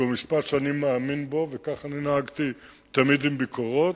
כי הוא משפט שאני מאמין בו וכך אני נהגתי תמיד עם ביקורות,